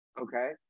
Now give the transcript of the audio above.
Okay